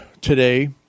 today